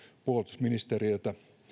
puolustusministeriölle